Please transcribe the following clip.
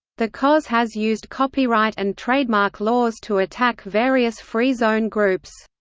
the cos has used copyright and trademark laws to attack various free zone groups.